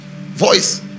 Voice